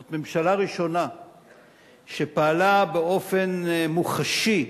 זאת הממשלה הראשונה שפעלה באופן מוחשי,